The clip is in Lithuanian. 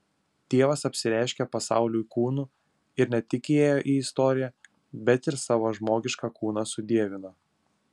dievas apsireiškė pasauliui kūnu ir ne tik įėjo į istoriją bet ir savo žmogišką kūną sudievino